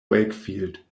wakefield